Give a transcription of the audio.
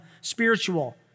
spiritual